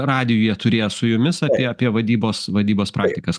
radijuje turėję su jumis apie apie vadybos vadybos praktikas